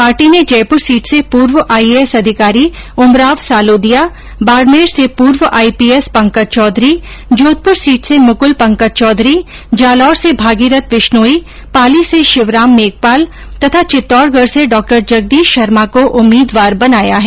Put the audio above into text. party ने Jaipur seat ं से पूर्व आईएएस अधिकारी उमराव सालोदिया बाड़मेर से पूर्व आईपीएस पंकज चौधरी जोधपुर सीट से मुकुल पंकज चौधरी जालौर से भागीरथ विश्नोई पाली से शिवराम मेघवाल तथा चित्तौडगढ़ से डॉ जगदीश शर्मा को उम्मीदवार बनाया है